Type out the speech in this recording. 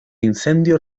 incendio